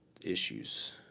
issues